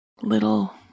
little